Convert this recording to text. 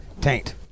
taint